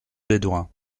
bédoin